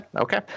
Okay